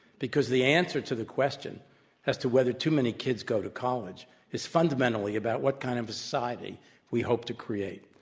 because the answer to the question as to whether too many kids go to college is fundamentally about what kind of a society we hope to create.